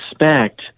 respect